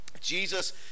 Jesus